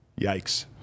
Yikes